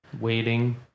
waiting